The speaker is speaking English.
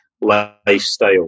lifestyle